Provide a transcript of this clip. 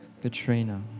Katrina